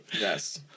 yes